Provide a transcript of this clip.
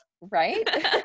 Right